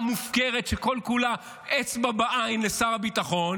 מופקרת שכל-כולה אצבע בעין לשר הביטחון,